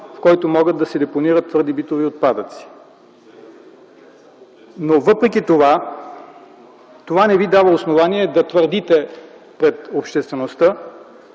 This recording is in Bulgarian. в който могат да се депонират твърди битови отпадъци. Въпреки това, това не Ви дава основание да твърдите пред обществеността,